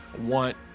want